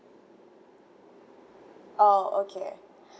oh okay